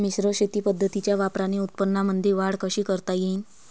मिश्र शेती पद्धतीच्या वापराने उत्पन्नामंदी वाढ कशी करता येईन?